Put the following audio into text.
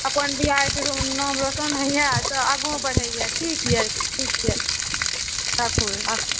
अपन बिहारके नाम रौशन होइए सभ आगू बढ़ैए ठीक यए ठीक यए राखू राखू